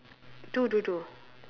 two two two